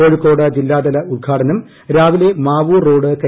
കോഴിക്കോട് ജില്ലാതല ഉദ്ഘാടനം രാവിലെ മാവൂർ റോഡ് കെ